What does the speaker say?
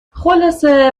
خلاصه